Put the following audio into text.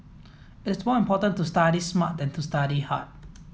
it's more important to study smart than to study hard